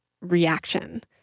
reaction